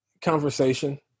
conversation